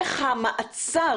איך המעצר,